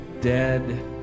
dead